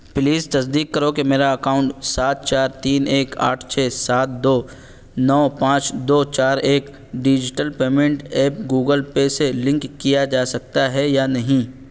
please تصدیق کرو کہ میرا اکاؤنٹ سات چار تین ایک آٹھ چھ سات دو نو پانچ دو چار ایک digital payment app Google Pay سے لنک کیا جا سکتا ہے یا نہیں